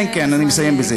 כן, כן, אני מסיים בזה.